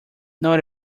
not